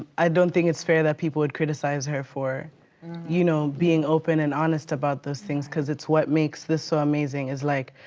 i don't think it's fair that people would criticize her for you know, being open and honest about those things cause it's what makes this so amazing. it's like,